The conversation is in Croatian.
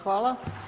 Hvala.